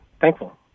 thankful